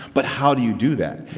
but how do you do that?